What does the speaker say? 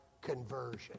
conversion